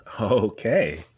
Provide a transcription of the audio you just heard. okay